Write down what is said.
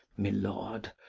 my lord,